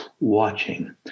watching